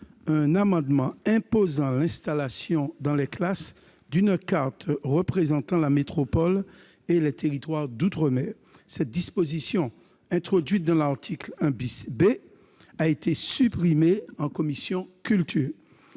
tendant à imposer l'installation dans les classes d'une carte représentant la métropole et les territoires d'outre-mer. Cette disposition, introduite dans l'article 1 B, a été supprimée par notre commission. Devant les